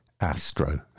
Astro